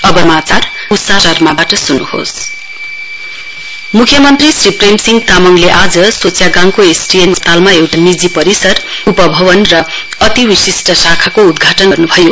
CM मुख्यमन्त्री श्री प्रेमसिंह तामङले आज सोच्यागाङको एसटिएनएम अस्पतालमा एउटा निजी परिसर उपभवन र अतिथिशिष्ट शाखाको उद्घाटन गर्नुभयो